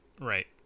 Right